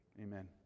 Amen